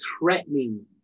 threatening